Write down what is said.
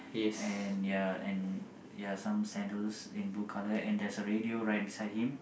and ya and ya some sandals in blue color and there's a radio right beside him